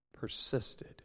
Persisted